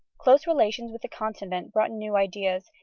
close relations with the continent brought new ideas,